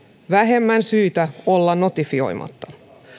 vähemmän syitä olla notifioimatta